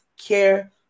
care